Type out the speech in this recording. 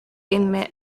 been